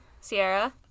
Sierra